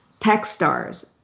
Techstars